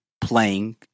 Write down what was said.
playing